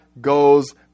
goes